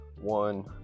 one